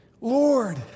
Lord